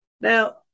Now